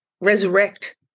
resurrect